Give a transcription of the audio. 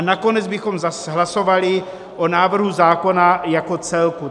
Nakonec bychom hlasovali o návrhu zákona jako celku.